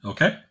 Okay